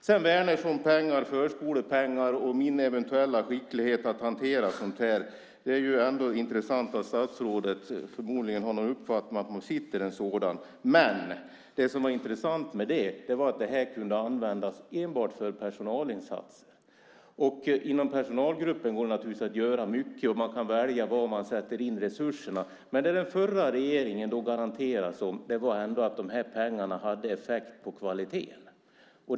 När det gäller Wärnerssonpengar, förskolepengar och min eventuella skicklighet att hantera sådant här är det ju intressant att statsrådet har uppfattningen att jag besitter en sådan. Det mest intressanta är att de enbart kunde används för personalinsatser. Inom personalgruppen går det naturligtvis att göra mycket. Man kan välja var man vill sätta in resurserna. Den förra regeringen garanterade att de pengarna hade effekt på kvaliteten.